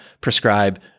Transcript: prescribe